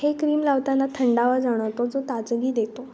हे क्रीम लावताना थंडावा जाणवतो जो ताजगी देतो